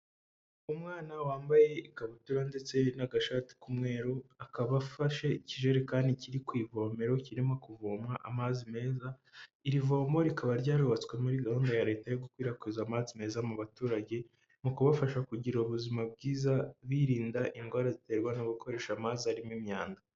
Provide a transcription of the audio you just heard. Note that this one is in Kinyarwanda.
Umwana wambaye ikabutura ndetse n'agashati k'umweru, akaba afashe ikijerekani kiri ku ivomero kirimo kuvomwa amazi meza, iri vomo rikaba ryarubatswe muri gahunda ya leta yo gukwirakwiza amazi meza mu baturage, mu kubafasha kugira ubuzima bwiza, birinda indwara ziterwa no gukoresha amazi arimo imyanda.